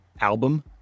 album